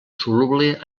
soluble